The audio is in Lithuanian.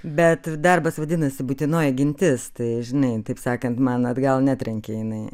bet darbas vadinasi būtinoji gintis tai žinai taip sakant man atgal netrenkė jinai